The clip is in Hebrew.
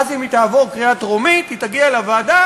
ואז אם היא תעבור בקריאה טרומית היא תגיע לוועדה